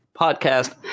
podcast